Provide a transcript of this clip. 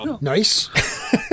Nice